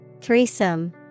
Threesome